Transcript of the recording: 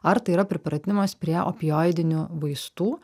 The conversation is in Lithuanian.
ar tai yra pripratimas prie opioidinių vaistų